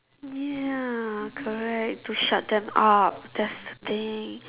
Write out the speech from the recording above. ya correct to shut them up that's the thing